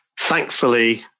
thankfully